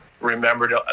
remembered